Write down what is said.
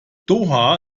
doha